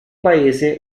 paese